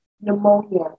pneumonia